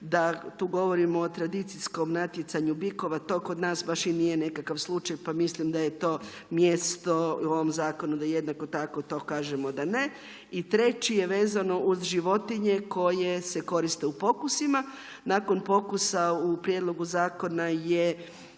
da tu govorimo o tradicijskom natjecanju bikova, to kod nas baš i nije nekakav slučaj, pa mislim da je to mjesto u ovom zakonu, da jednako tako to kažemo da ne. I treći je vezano uz životinje koje se koriste u pokusima, nakon pokusa u prijedlogu zakona je